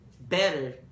better